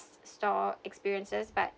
store experiences but